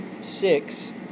six